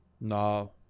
no